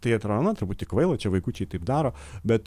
tai atrodo na truputį kvaila čia vaikučiai taip daro bet